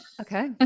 okay